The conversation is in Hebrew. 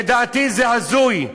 לדעתי, זה הזוי.